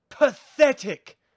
Pathetic